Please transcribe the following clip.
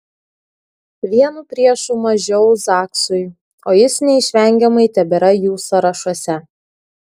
vienu priešu mažiau zaksui o jis neišvengiamai tebėra jų sąrašuose